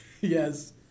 Yes